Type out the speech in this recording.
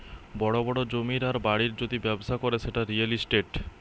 বড় বড় জমির আর বাড়ির যদি ব্যবসা করে সেটা রিয়্যাল ইস্টেট